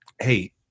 Hey